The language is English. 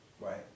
right